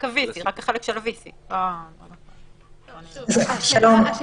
רק החלק של ה- VC. אתה יודע מה?